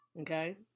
Okay